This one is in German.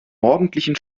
morgendlichen